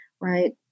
right